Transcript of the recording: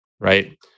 Right